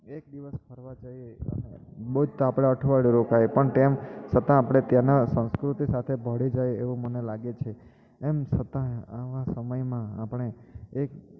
એક દિવસ ફરવા જઈયે અને બહુ જ તો આપણે અઠવાડિયું રોકાઈએ પણ તેમ સતાં આપણે ત્યાંનાં સંસ્કૃતિ સાથે ભળી જઈએ એવું મને લાગે છે એમ છતાંય આવા સમયમાં આપણે એક